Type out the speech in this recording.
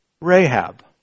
Rahab